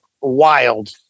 wild